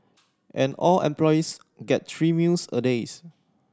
and all employees get three meals a days